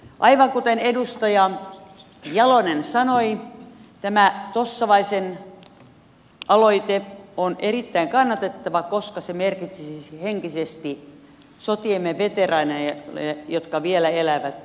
aivan kuten edustaja jalonen sanoi tämä tossavaisen aloite on erittäin kannatettava koska se merkitsisi henkisesti sotiemme veteraaneille jotka vielä elävät hyvin paljon